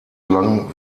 lang